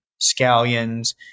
scallions